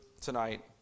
tonight